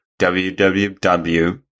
www